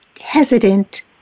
hesitant